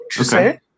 Okay